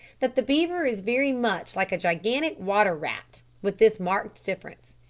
that the beaver is very much like a gigantic water-rat, with this marked difference,